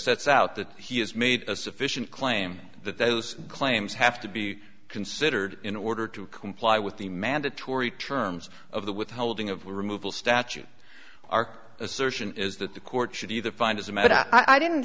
sets out that he has made a sufficient claim that those claims have to be considered in order to comply with the mandatory terms of the withholding of removal statute our assertion is that the court should either find as a met i didn't